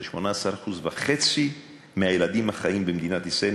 זה 18.5% מהילדים החיים במדינת ישראל.